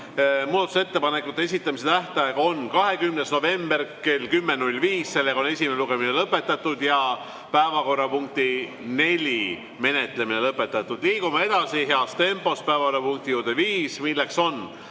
Muudatusettepanekute esitamise tähtaeg on 20. november kell 10.05. Esimene lugemine on lõpetatud ja päevakorrapunkti nr 4 menetlemine samuti. Liigume edasi heas tempos päevakorrapunkti juurde nr 5, milleks on